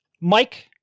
Mike